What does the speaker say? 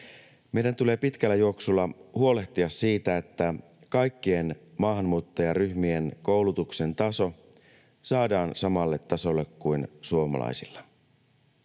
Meidän tulee pitkässä juoksussa huolehtia siitä, että kaikkien maahanmuuttajaryhmien koulutuksen taso saadaan samalle tasolle kuin suomalaisilla.